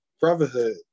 brotherhood